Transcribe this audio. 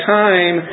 time